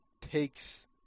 takes